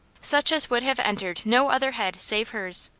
such as would have entered no other head save hers.